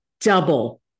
double